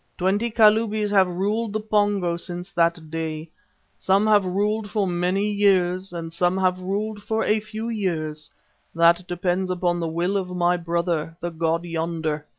twenty kalubis have ruled the pongo since that day some have ruled for many years and some have ruled for a few years that depends upon the will of my brother, the god yonder,